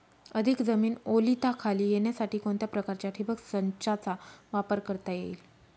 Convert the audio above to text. अधिक जमीन ओलिताखाली येण्यासाठी कोणत्या प्रकारच्या ठिबक संचाचा वापर करता येईल?